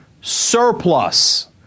surplus